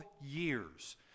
years